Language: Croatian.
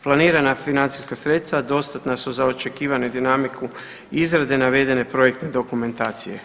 Planirana financijska sredstva dostatna su za očekivanu dinamiku izrade navedene projektne dokumentacije.